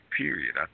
period